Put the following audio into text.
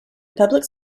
public